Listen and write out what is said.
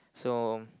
so